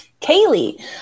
Kaylee